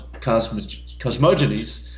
cosmogonies